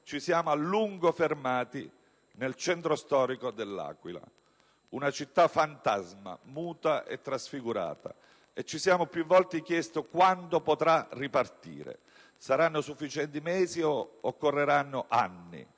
ci siamo a lungo fermati nel centro storico dell'Aquila, una città fantasma, muta e trasfigurata, e ci siamo più volte chiesti quando potrà ripartire. Saranno sufficienti mesi o occorreranno anni?